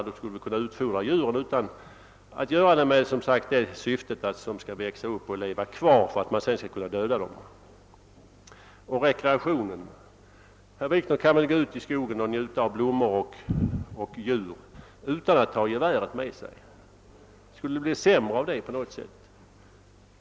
Man skulle väl kunna utfodra djuren utan syftet att de skall växa upp och leva kvar för att man sedan skall kunna döda dem. Det talas om rekreation. Herr Wikner kan väl gå ut i skogen och njuta av blommor och djur utan att ta geväret med sig. Skulle det bli sämre av det på något sätt?